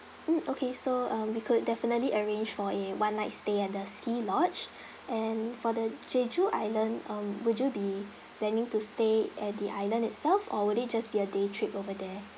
mm okay so um we could definitely arrange for a one night stay at the ski lodge and for the jeju island um would you be planning to stay at the island itself or would it just be a day trip over there